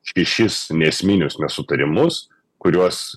šešis neesminius nesutarimus kuriuos